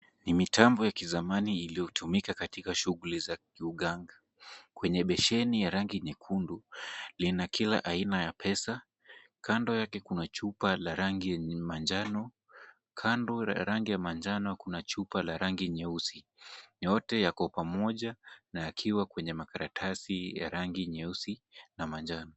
Ni mitambo ya kizamani iliyotumika katika shughuli za kiuganga. Kwenye besheni ya rangi nyekundu, lina kila aina ya pesa, kando yake kuna chupa la rangi yenye manjano, kando la rangi ya manjano kuna chupa la rangi nyeusi. Yote yako pamoja na yakiwa kwenye makaratasi ya rangi nyeusi na manjano.